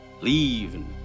leave